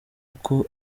uko